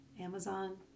Amazon